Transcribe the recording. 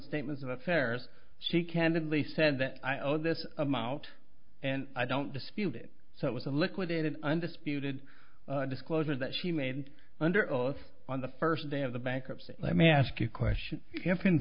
statements of affairs she candidly said that i owe this i'm out and i don't dispute it so it was a liquidated undisputed disclosure that she made under oath on the first day of the bankruptcy let me ask you question i